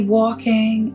walking